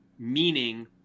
meaning